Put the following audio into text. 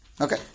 Okay